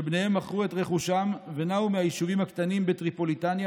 שבניהם מכרו את רכושם ונעו מהיישובים הקטנים בטריפוליטניה